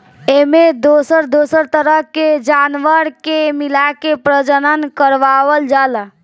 एमें दोसर दोसर तरह के जानवर के मिलाके प्रजनन करवावल जाला